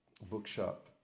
bookshop